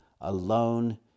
alone